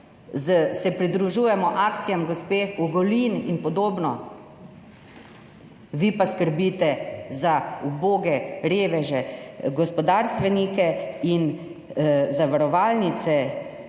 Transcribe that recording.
se pridružujemo akcijam gospe Ogulin in podobno, vi pa skrbite za uboge reveže, gospodarstvenike in zavarovalnice